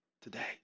today